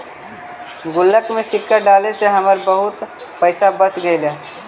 गुल्लक में सिक्का डाले से हमरा बहुत पइसा बच गेले